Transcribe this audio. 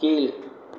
கீல்